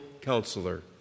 Counselor